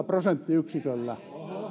prosenttiyksiköllä